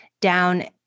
down